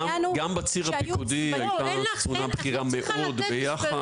גם בציר הפיקודי הייתה קצונה בכירה מאוד ביחד עם נציגות קבועה.